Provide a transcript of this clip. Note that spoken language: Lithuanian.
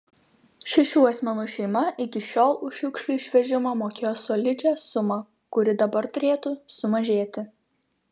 šešių asmenų šeima iki šiol už šiukšlių išvežimą mokėjo solidžią sumą kuri dabar turėtų sumažėti